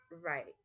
right